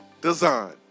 design